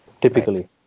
typically